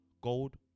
Gold